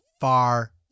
far